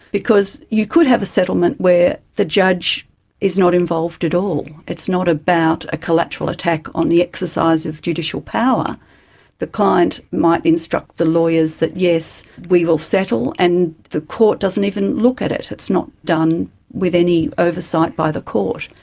because you could have a settlement where the judge is not involved at all. it's not about a collateral attack on the exercise of judicial power the client might instruct the lawyers that yes, we will settle, and the court doesn't even look at it, it's not done with any oversight by the court.